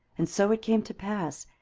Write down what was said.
and so it came to pass,